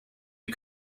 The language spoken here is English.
you